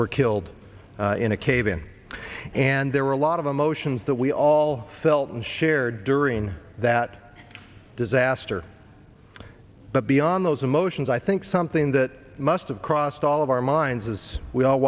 were killed in a cave in and there were a lot of emotions that we all felt and shared during that disaster but beyond those emotions i think something that must have crossed all of our minds as we all